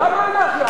למה אנרכיה?